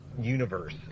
universe